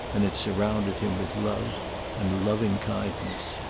and it surrounded him with love and loving kindness.